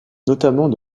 notamment